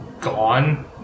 gone